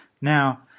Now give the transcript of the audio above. Now